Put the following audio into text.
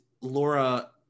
Laura